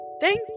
Thank